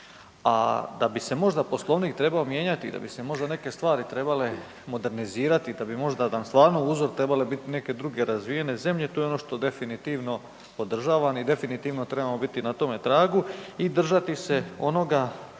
A da bi se možda Poslovnik trebao mijenjati, da bi se možda neke stvari trebale modernizirati, da bi možda nam stvarno uzor trebale biti neke druge razvijene zemlje to je ono što definitivno podržavam i definitivno trebamo biti na tome tragu i držati se onoga